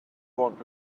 want